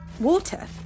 water